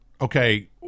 okay